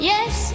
Yes